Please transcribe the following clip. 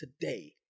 today